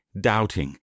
doubting